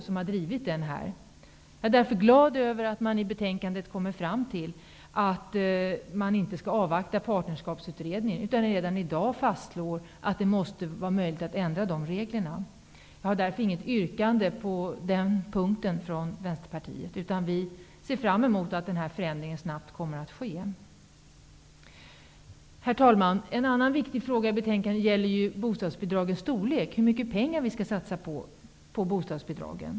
Jag är därför glad över att man i betänkandet kommer fram till att man inte skall avvakta partnerskapsutredningen, utan redan i dag fastslå att det måste vara möjligt att ändra de reglerna. Jag har därför inget yrkande på den punkten från Vänsterpartiet. Vi ser fram emot att den här förändringen snabbt kommer att ske. En annan viktig fråga i betänkandet gäller bostadsbidragens storlek, hur mycket pengar vi skall satsa på bostadsbidragen.